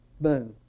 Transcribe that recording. Boom